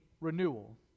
renewal